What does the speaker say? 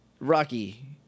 Rocky